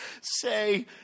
Say